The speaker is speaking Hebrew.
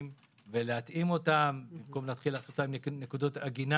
ולהתאים אותם במקום להתחיל לעשות להם נקודות עגינה